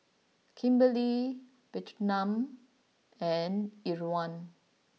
Kimberli Bertram and Irwin